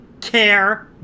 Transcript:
care